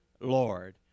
Lord